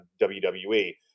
WWE